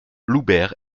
loubert